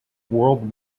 world